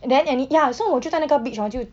then any ya so 我就在那个 beach hor 就